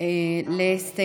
מצביעים.